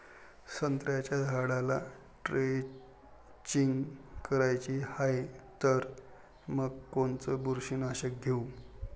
संत्र्याच्या झाडाला द्रेंचींग करायची हाये तर मग कोनच बुरशीनाशक घेऊ?